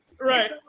Right